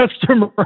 customer